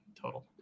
total